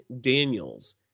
Daniels